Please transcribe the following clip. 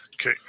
Okay